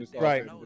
Right